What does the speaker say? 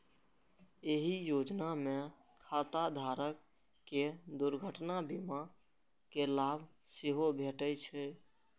एहि योजना मे खाता धारक कें दुर्घटना बीमा के लाभ सेहो भेटै छै